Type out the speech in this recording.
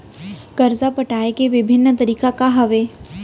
करजा पटाए के विभिन्न तरीका का हवे?